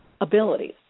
abilities